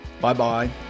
Bye-bye